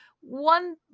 one